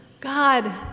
God